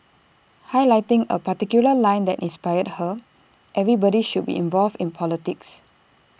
highlighting A particular line that inspired her everybody should be involved in politics